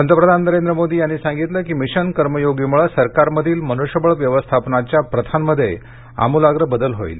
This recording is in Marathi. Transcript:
पंतप्रधान नरेंद्र मोदी यांनी सांगितलं की मिशन कर्मयोगीमुळे सरकारमधील मनुष्यबळ व्यवस्थापनाच्या प्रथांमध्ये आमूलाग्र बदल होईल